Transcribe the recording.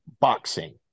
boxing